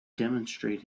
demonstrate